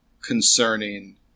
concerning